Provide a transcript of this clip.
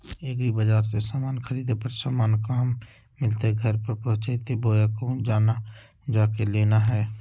एग्रीबाजार से समान खरीदे पर समान कहा मिलतैय घर पर पहुँचतई बोया कहु जा के लेना है?